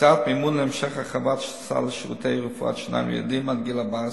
והקצאת מימון להמשך הרחבת סל שירותי רפואת שיניים לילדים עד גיל 14